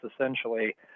essentially